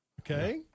Okay